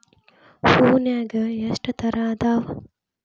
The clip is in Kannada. ಹೂನ್ಯಾಗ ಎಷ್ಟ ತರಾ ಅದಾವ್?